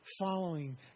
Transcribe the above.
following